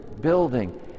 building